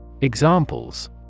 Examples